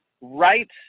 right